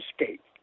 escape